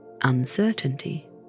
uncertainty